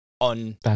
on